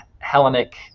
hellenic